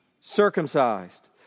circumcised